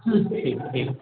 हूँ